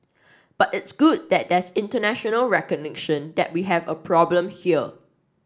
but it's good that there's international recognition that we have a problem here